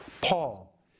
Paul